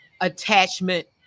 attachment